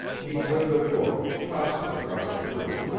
he took the book, tossed it across the room,